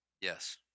Yes